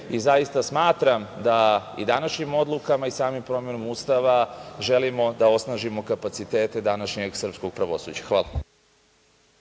Zaista smatram da i današnjim odlukama i samom promenom Ustava želimo da osnažimo kapacitete današnjeg srpskog pravosuđa. Hvala